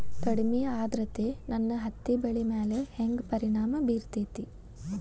ಕಡಮಿ ಆದ್ರತೆ ನನ್ನ ಹತ್ತಿ ಬೆಳಿ ಮ್ಯಾಲ್ ಹೆಂಗ್ ಪರಿಣಾಮ ಬಿರತೇತಿ?